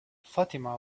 fatima